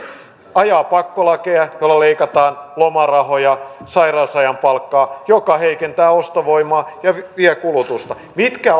ajaa pakkolakeja joilla leikataan lomarahoja sairausajan palkkaa mikä heikentää ostovoimaa ja vie kulutusta mitkä